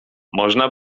można